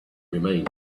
remained